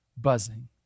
buzzing